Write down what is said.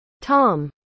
Tom